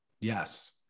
Yes